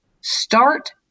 start